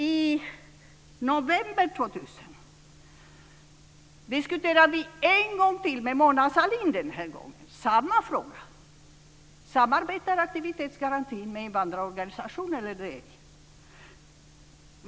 I november 2000 diskuterar vi denna gång med Mona Sahlin samma fråga: Samarbetar aktivitetsgarantin med invandrarorganisationer eller ej?